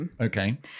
okay